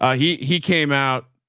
ah he, he came out.